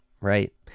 right